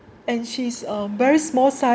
and she's a very small size